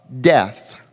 death